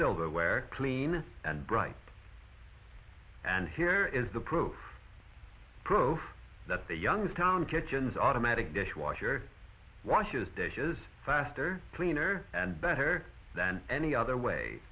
silver where clean and bright and here is the proof proof that the youngstown kitchens automatic dishwasher washes dishes faster cleaner and better than any other way